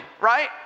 right